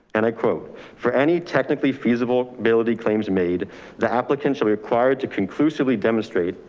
and i quote for any technically feasible ability claims made the applicant should be required to conclusively demonstrate.